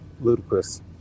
Ludicrous